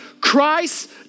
Christ